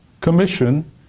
commission